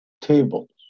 tables